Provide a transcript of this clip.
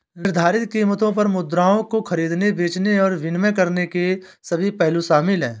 निर्धारित कीमतों पर मुद्राओं को खरीदने, बेचने और विनिमय करने के सभी पहलू शामिल हैं